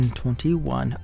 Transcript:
2021